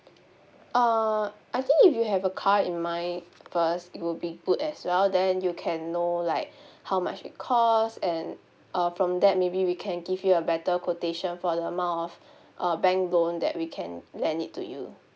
err I think if you have a car in mind first it would be good as well then you can know like how much it cost and um from that maybe we can give you a better quotation for the amount of uh bank loan that we can lend it to you